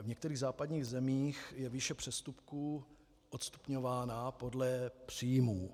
V některých západních zemích je výše přestupků odstupňována podle příjmů.